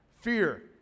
fear